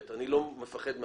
שם זה נגמר.